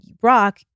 Brock